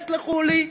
תסלחו לי?